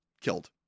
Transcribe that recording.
killed